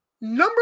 Number